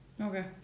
Okay